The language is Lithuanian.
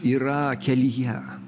yra kelyje